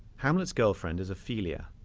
hamlet's girlfriend is ophelia.